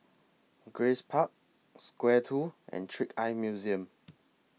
Grace Park Square two and Trick Eye Museum